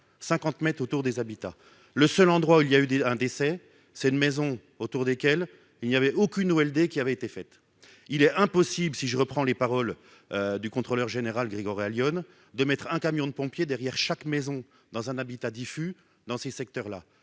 50 mètres autour des habitats, le seul endroit où il y a eu un décès, c'est une maison autour desquels il n'y avait aucune nouvelle des qui avait été fait il est impossible, si je reprends les paroles du contrôleur général Grégory Allione de mettre un camion de pompiers derrière chaque maison dans un habitat diffus dans ces secteurs là